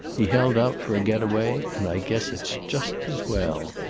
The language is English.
he held out for a get-away, and i guess it's just as well.